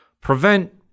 prevent